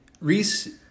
Reese